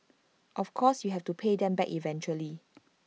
of course you have to pay them back eventually